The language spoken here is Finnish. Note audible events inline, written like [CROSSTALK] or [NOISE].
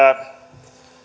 [UNINTELLIGIBLE] ja